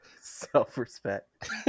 Self-respect